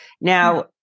now